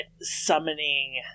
summoning